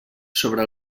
sobre